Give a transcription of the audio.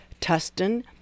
Tustin